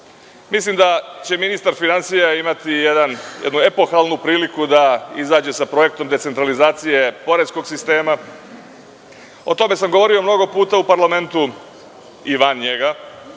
Mislim da će ministar finansija imati jednu epohalnu priliku da izađe sa projektom decentralizacije poreskog sistema. O tome sam govorio mnogo puta u parlamentu i van njega.